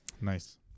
Nice